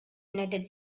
united